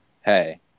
Hey